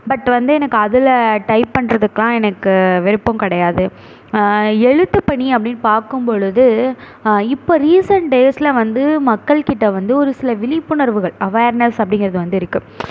but வந்து எனக்கு அதில் டைப் பண்ணுறதுக்குலாம் எனக்கு விருப்பம் கிடையாது எழுத்துப்பணி அப்படின்னு பார்க்கும் பொழுது இப்போ ரிசென்ட் டேஸில் வந்து மக்கள் கிட்டே வந்து ஒரு சில விழிப்புணர்வுகள் அவேர்னஸ் அப்படிங்குறது வந்து இருக்குது